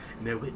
no